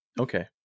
Okay